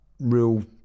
real